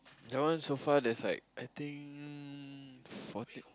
that one so far that's like I think fourteen